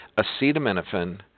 acetaminophen